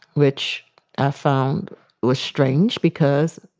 which i found was strange because,